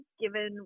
given